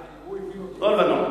לא לבנון.